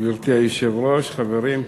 גברתי היושבת-ראש, חברים,